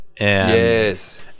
Yes